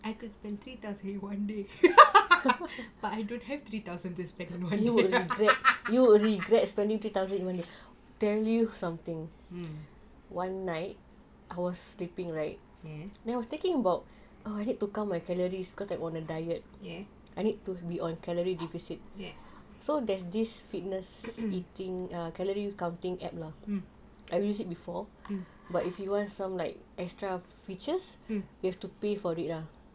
I could spend three thousand in one day but I don't have three thousand to spend